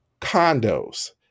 condos